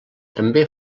també